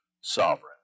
sovereign